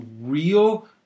real